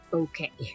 okay